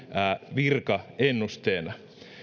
virkaennusteena